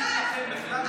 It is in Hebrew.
צניעות, צניעות.